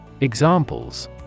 Examples